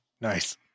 Nice